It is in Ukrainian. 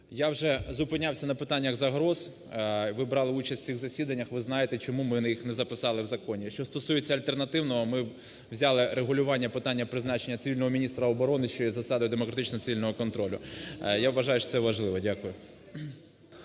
Я вже зупинявся на питаннях загроз. Ви брали участь в цих засіданнях, ви знаєте, чому ми їх не записали в законі. Що стосується альтернативного, ми взяли регулювання питання призначення цивільного міністра оборони, що є засадою демократичного цивільного контролю, я вважаю, що це важливо. Дякую.